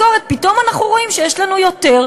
פתאום אנחנו רואים במשכורת שיש לנו יותר.